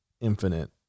infinite